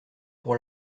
pour